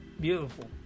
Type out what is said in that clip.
beautiful